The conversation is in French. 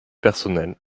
personnel